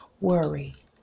Worry